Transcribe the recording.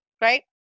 Right